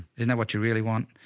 isn't that what you really want?